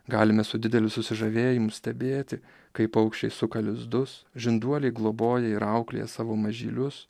galime su dideliu susižavėjimu stebėti kai paukščiai suka lizdus žinduoliai globoja ir auklėja savo mažylius